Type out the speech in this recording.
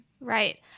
Right